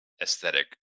aesthetic